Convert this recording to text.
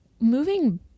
moving